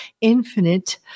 infinite